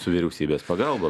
su vyriausybės pagalba